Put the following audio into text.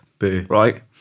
right